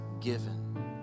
given